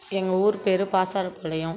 எங்கள் ஊர் பேர் பாசார்பாளையம்